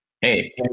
Hey